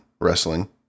wrestling